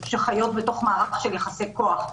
שחיות בתוך מערך של יחסי כוח,